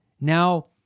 Now